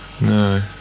No